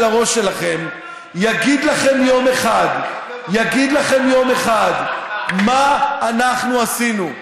של הראש שלכם יגיד לכם יום אחד: מה אנחנו עשינו?